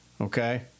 Okay